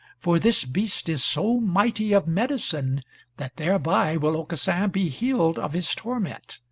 for this beast is so mighty of medicine that thereby will aucassin be healed of his torment.